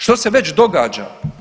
Što se već događa?